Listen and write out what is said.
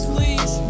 Please